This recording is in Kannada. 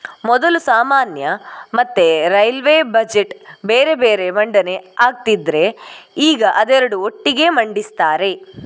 ಮೊದಲು ಸಾಮಾನ್ಯ ಮತ್ತೆ ರೈಲ್ವೇ ಬಜೆಟ್ ಬೇರೆ ಬೇರೆ ಮಂಡನೆ ಆಗ್ತಿದ್ರೆ ಈಗ ಅದೆರಡು ಒಟ್ಟಿಗೆ ಮಂಡಿಸ್ತಾರೆ